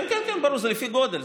כן, כן, ברור, זה לפי גודל.